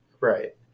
Right